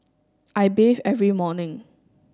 I bathe every morning